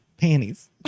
panties